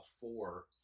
four